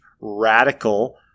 radical